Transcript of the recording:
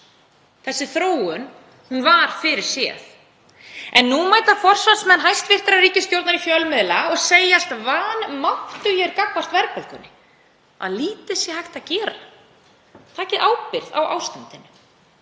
Þessi þróun var fyrirséð en nú mæta forsvarsmenn hæstv. ríkisstjórnar í fjölmiðla og segjast vanmáttugir gagnvart verðbólgunni, að lítið sé hægt að gera. Takið ábyrgð á ástandinu.